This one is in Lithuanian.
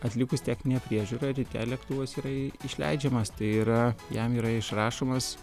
atlikus techninę priežiūrą ryte lėktuvas yra išleidžiamas tai yra jam yra išrašomas